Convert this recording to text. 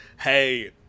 hey